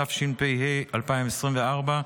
התשפ"ה 2024,